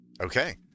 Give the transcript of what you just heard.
Okay